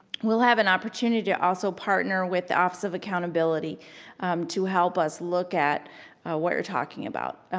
we'll have an opportunity to also partner with the office of accountability to help us look at what you're talking about,